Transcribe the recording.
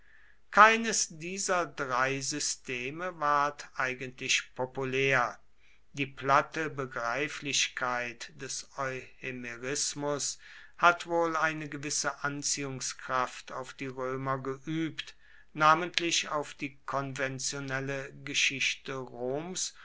keines dieser drei systeme ward eigentlich populär die platte begreiflichkeit des euhemerismus hat wohl eine gewisse anziehungskraft auf die römer geübt namentlich auf die konventionelle geschichte roms